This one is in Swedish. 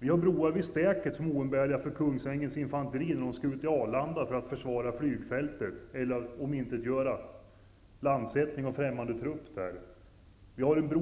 Det finns broar vid Stäket, som är oumbärliga för Kungsängens infanteri när det skall ut till Arlanda för att försvara flygfältet eller omintetgöra landsättning av främmande trupper där.